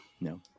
No